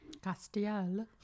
Castiel